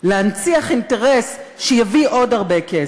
להנציח אינטרס שיביא עוד הרבה כסף,